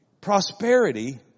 Prosperity